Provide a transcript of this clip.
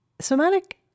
Somatic